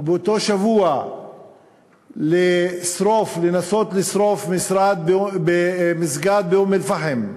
ובאותו שבוע לנסות לשרוף מסגד באום-אלפחם,